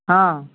हँ